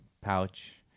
pouch